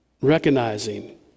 recognizing